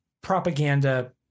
propaganda